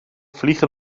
vliegen